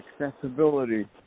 accessibility